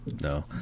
No